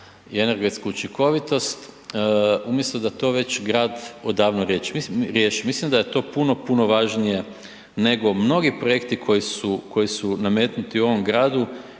i energetsku učinkovitost, umjesto da to već grad odavno riješi. Mislim da je to puno, puno važnije nego mnogi projekti koji su nametnuti u ovom gradu